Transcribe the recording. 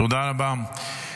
תודה רבה.